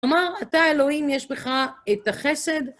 כלומר, אתה האלוהים, יש בך את החסד.